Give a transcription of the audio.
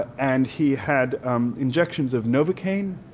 and he had um injections of novocain